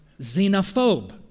xenophobe